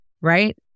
Right